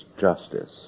justice